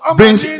brings